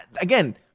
Again